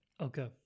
Okay